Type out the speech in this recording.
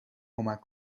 کمک